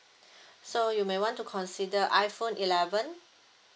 so you may want to consider iPhone eleven